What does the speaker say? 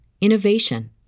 innovation